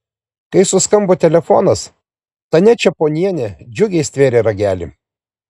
kai suskambo telefonas tania čeponienė džiugiai stvėrė ragelį